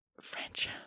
French